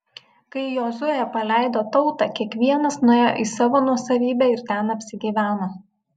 kai jozuė paleido tautą kiekvienas nuėjo į savo nuosavybę ir ten apsigyveno